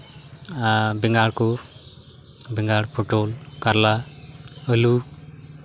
ᱟᱨ ᱵᱮᱸᱜᱟᱲ ᱠᱚ ᱵᱮᱸᱜᱟᱲ ᱯᱚᱴᱚᱞ ᱠᱟᱨᱞᱟ ᱟᱹᱞᱩ